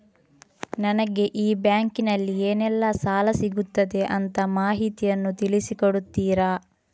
ನನಗೆ ಈ ಬ್ಯಾಂಕಿನಲ್ಲಿ ಏನೆಲ್ಲಾ ಸಾಲ ಸಿಗುತ್ತದೆ ಅಂತ ಮಾಹಿತಿಯನ್ನು ತಿಳಿಸಿ ಕೊಡುತ್ತೀರಾ?